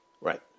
Right